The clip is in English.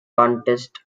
contest